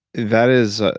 that is. ah